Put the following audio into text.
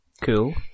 cool